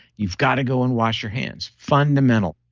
you've got to go and wash your hands. fundamental